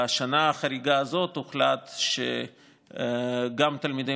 בשנה החריגה הזאת הוחלט שגם תלמידי